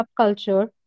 subculture